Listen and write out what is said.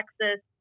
Texas